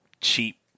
cheap